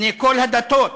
בני כל הדתות,